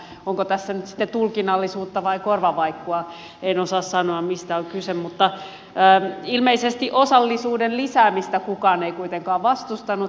onko tässä nyt sitten tulkinnallisuutta vai korvavaikkua en osaa sanoa mistä on kyse mutta ilmeisesti osallisuuden lisäämistä kukaan ei kuitenkaan vastustanut